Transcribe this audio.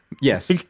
Yes